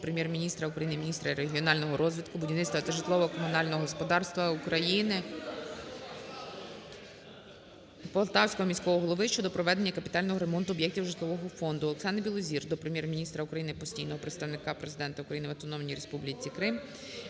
віце-прем'єр-міністра України, міністра регіонального розвитку, будівництва та житлово-комунального господарства України, Полтавського міського голови щодо проведення капітального ремонту об'єктів житлового фонду. Оксани Білозір до Прем'єр-міністра України, постійного представника Президента України в Автономній Республіці Крим,